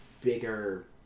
bigger